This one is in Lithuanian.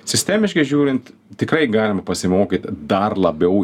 sistemiškai žiūrint tikrai galima pasimokyt dar labiau